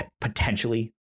Potentially